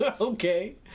Okay